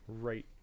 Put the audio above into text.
right